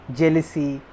jealousy